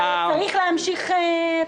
אתה צריך להמשיך .